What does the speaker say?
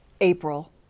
April